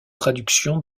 traductions